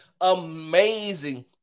amazing